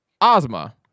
Ozma